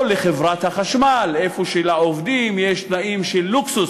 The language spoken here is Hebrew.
או לחברת החשמל, שבהם לעובדים יש תנאים של לוקסוס.